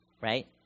Right